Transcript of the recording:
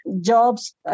jobs